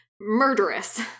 murderous